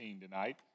tonight